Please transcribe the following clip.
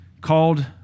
called